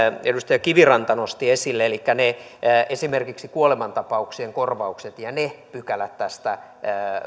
edustaja kiviranta nosti esille elikkä esimerkiksi kuolemantapauksien korvaukset ja ne pykälät